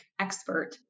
expert